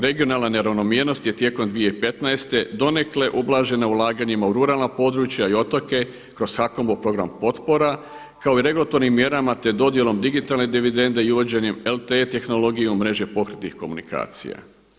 Regionalna neravnomjernost je tijekom 2015. donekle ublažena ulaganjima u ruralna područja i otoke kroz HAKOM-ov program potpora kao i regulatornim mjerama, te dodjelom digitalne dividende i uvođenje LTE tehnologije u mreže pokretnih komunikacija.